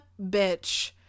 bitch